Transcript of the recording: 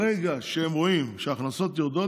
ברגע שהם רואים שההכנסות יורדות,